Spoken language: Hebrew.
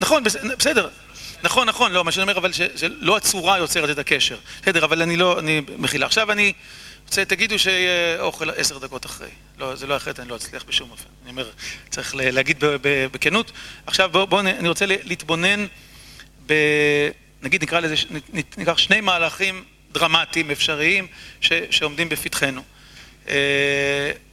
נכון, בסדר, נכון, נכון, לא, מה שאני אומר, אבל שלא הצורה יוצרת את הקשר. בסדר, אבל אני לא, אני... מחילה. עכשיו אני רוצה, תגידו שאוכל עשר דקות אחרי. לא, זה לא, אחרת אני לא אצליח בשום אופן. אני אומר, צריך להגיד בכנות. עכשיו בואו, אני רוצה להתבונן ב... נגיד, נקרא לזה, ניקח שני מהלכים דרמטיים אפשריים שעומדים בפתחנו.